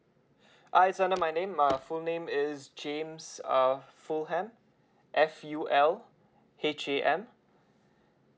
ah it's under my name err full name is james uh fulham F U L H A M